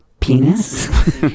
Penis